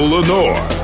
Lenore